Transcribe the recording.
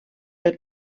pel